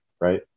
right